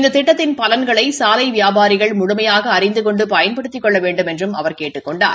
இந்த திட்டத்தின் பலன்களை சாலை வியாபாரிகள் முழுமையாக அறிந்து கொண்டு பயன்படுத்திக் கொள்ள வேண்டுமென்றும் அவர் கேட்டுக் கொண்டார்